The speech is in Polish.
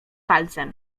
palcem